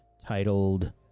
titled